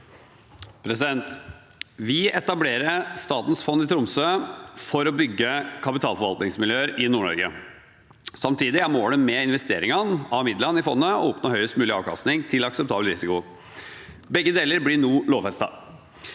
Vi etablerer Statens fond i Tromsø for å bygge kapitalforvaltningsmiljøer i Nord-Norge. Samtidig er målet med investeringene av midlene i fondet å oppnå høyest mulig avkastning til akseptabel risiko. Begge deler blir nå lovfestet.